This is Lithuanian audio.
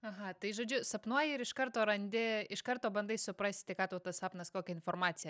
aha tai žodžiu sapnuoji ir iš karto randi iš karto bandai suprasti ką tau tas sapnas kokią informaciją